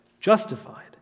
justified